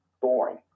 boring